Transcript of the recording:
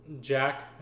Jack